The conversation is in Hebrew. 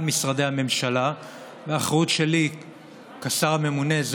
משרדי הממשלה והאחריות שלי כשר הממונה,